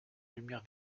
lumière